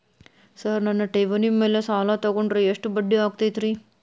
Sir ನನ್ನ ಠೇವಣಿ ಮೇಲೆ ಸಾಲ ತಗೊಂಡ್ರೆ ಎಷ್ಟು ಬಡ್ಡಿ ಆಗತೈತ್ರಿ?